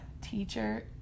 teacher